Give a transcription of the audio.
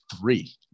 three